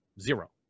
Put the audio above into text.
Zero